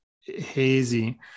hazy